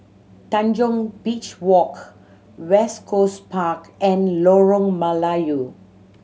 Tanjong Beach Walk West Coast Park and Lorong Melayu